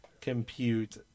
compute